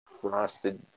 frosted